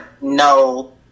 no